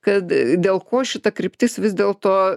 kad dėl ko šita kryptis vis dėlto